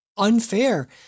Unfair